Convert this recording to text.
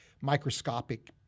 microscopic